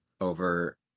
over